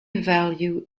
value